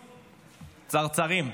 צרצרים,